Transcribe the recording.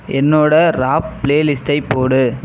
என்னோடய rap play லிஸ்டை போடு